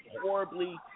horribly